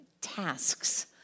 tasks